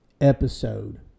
episode